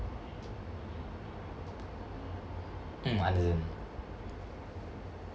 mm understand